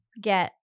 get